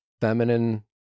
feminine